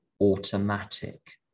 automatic